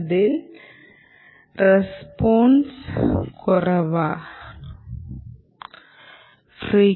അതിന്റെ റസ്പോൺസ് കുറയ്ക്കുകയാണ്